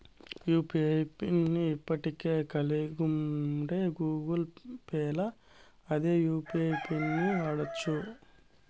UPI PIN ని ఇప్పటికే కలిగుంటే గూగుల్ పేల్ల అదే యూ.పి.ఐ పిన్ను వాడచ్చు